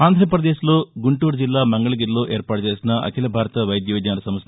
ఆంధ్రప్రదేశ్లో గుంటూరు జిల్లా మంగళగిరిలో ఏర్పాటుచేసిన అఖిల భారత వైద్య విజ్ఞాన సంస్ల